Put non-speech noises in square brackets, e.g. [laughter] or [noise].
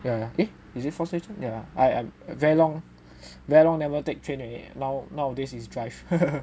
ya eh is it four station yeah I I very long very long never take take train already nowadays is drive [laughs]